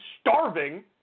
starving